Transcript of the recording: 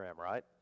Right